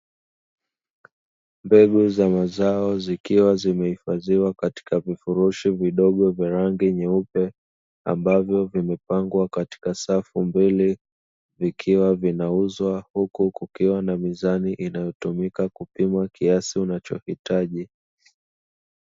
Mbegu za mazao zikiwa zimehifadhiwa katika vifurushi vidogo vya rangi nyeupe ambavyo vimepangwa katika safu mbili, vikiwa vinauzwa huku kukiwa na mizani inayotumika kupima kiasi unachohitaji.